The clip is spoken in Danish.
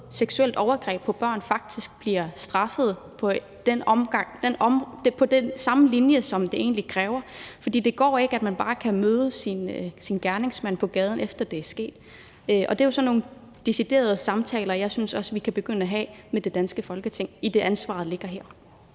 seksuelle overgreb på børn, faktisk bliver straffet på det niveau, som det kræver, for det går ikke, at man bare kan møde sin gerningsmand på gaden, efter det er sket. Det er nogle af de specifikke samtaler, jeg synes vi kan begynde at have med det danske Folketing, idet ansvaret ligger her.